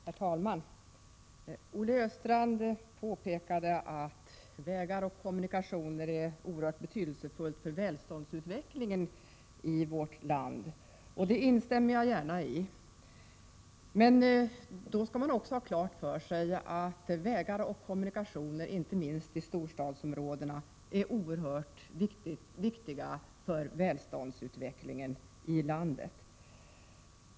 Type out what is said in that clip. Herr talman! Olle Östrand påpekade att vägar och kommunikationer är oerhört betydelsefulla för välståndsutvecklingen i vårt land. Det instämmer jag gärnai. Men då skall man också ha klart för sig att inte minst vägarna och kommunikationerna just i storstadsområdena är oerhört viktiga för välståndsutvecklingen i landet.